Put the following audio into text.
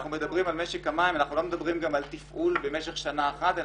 אנחנו מדברים על משק המים ולא מדברים על תפעול במשך שנה אחת.